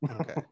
Okay